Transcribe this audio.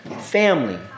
Family